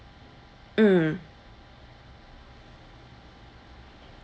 mm